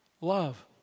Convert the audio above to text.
love